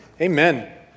Amen